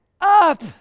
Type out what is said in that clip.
up